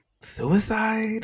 suicide